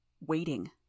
Waiting